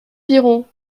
piron